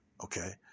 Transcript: Okay